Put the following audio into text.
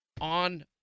on